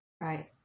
Right